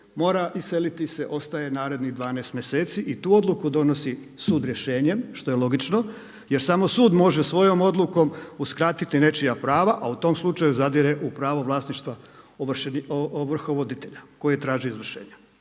mora iseliti se, ostaje narednih 12 mjeseci i tu odluku donosi sud rješenjem što je logično. Jer samo sud može svojom odlukom uskratiti nečija prava a u tom slučaju zadire u pravo vlasništva ovrhovoditelja koji traži izvršenja.